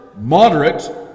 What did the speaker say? moderate